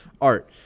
art